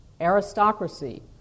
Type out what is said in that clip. aristocracy